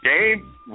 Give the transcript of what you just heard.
game